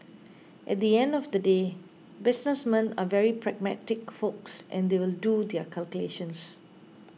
at the end of the day businessmen are very pragmatic folks and they'll do their calculations